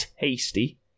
tasty